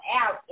out